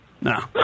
No